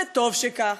וטוב שכך.